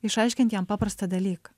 išaiškint jam paprastą dalyką